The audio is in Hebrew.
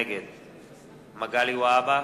נגד מגלי והבה,